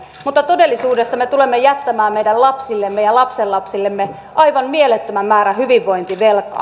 mutta todellisuudessa me tulemme jättämään meidän lapsillemme ja lapsenlapsillemme aivan mielettömän määrän hyvinvointivelkaa